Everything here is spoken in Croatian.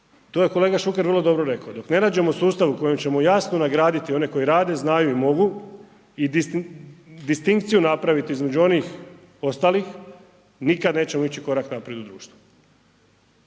To je kolega Šuker vrlo dobro rekao. Dok ne nađeno sustav u kojem ćemo jasno nagraditi one koji rade, znaju i mogu i distinkciju napraviti između onih ostalih, nikad nećemo ići korak naprijed u društvu.